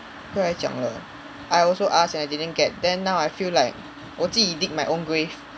不要讲了 I also ask and I didn't get then now I feel like 我自己 dig my own grave